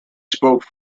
spoke